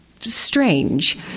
strange